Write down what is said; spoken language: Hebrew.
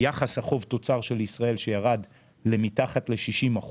יחס החוב-תוצר של ישראל שירד אל מתחת ל-60%,